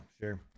sure